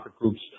groups